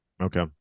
Okay